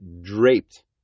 draped